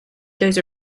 those